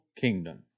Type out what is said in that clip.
Kingdom